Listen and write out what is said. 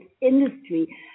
industry